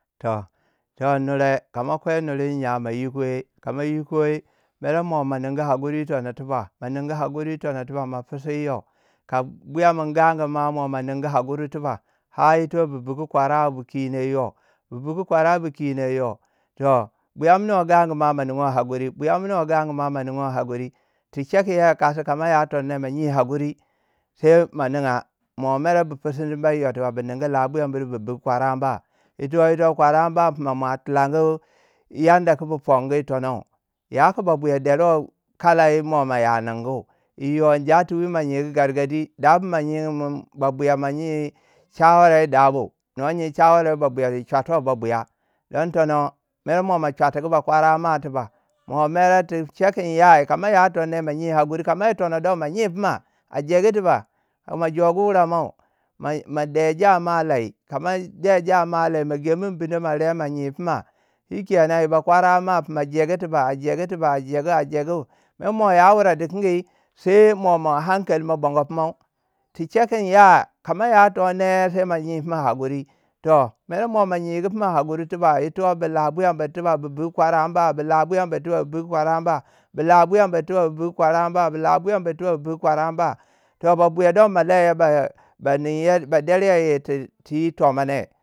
Toh. toh nure ka ma kwai nure wanye ma ikuwe kama ikuwai mermo ma ningu hakuri yi tono tiba mo ningu hakuri yi tono tiba, ma pisiu yiyau. ka buyamin gangu ma mo ningu hakuri tiba. Har yito bu bibigu kwara bukino yiyu bibigu kwara bu kinon yiyu toh buyaminiwai gungu ma ninguwai hakuri buyaminiwai gangu ma ninguwai hakuri. Tichegu kinyo kasi kama ya tonono ma nye hakuri. sai ma ninga mo mer bu fisindi bai yo tiba bi ningu labuyu bire bu bugu kwaranba ito- ito kwaranba fima ma tilangu yanda ku bu pongu yi tono. yaku babuya derewai kala yi mo ma yaningu. iyu injatewi ma nyegu gargadi dabu ma nyiu min babuya ya nyiu shawara yi dabu. no nyiu shawara ba buya yi chatuwa babuya. Don tono mer mo ma chwatgu bakwara ma tiba. Mo mere ti chei kin ya. ka ma yato ne ma nyiu hakuri. ka ma ya tonone ma nye, a jegu tiba kama joguwure mai ma- ma de jama lai. kama de jama lai, ma gomin bindau ma re ma nye pina. shikenan yi ba kwarama fina jegu tiba a jegu a jegu tiba a jegu a jegu. Mer mo ma ya wurei dikingi. sai mo- mo ma hankali mo bongo pimai. tiche kin ya, ka ma yatonone sai ma nye fina hakuri. Toh. mere mo ma nyigu pima hakuri tiba ito bi labuya bir tiba. bu bigu kwaranba bi labuya bir tiba bi bugu kwaranba bu labuya bur tuba. bu bugu kwarenba bu labuya bur tiba. bu bigu kwaranba. Toh babuya don ma leua a ba ningya ba derya ir ti- ti tomo ne.